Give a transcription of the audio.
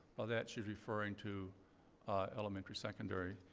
well, that she's referring to elementary, secondary.